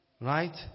Right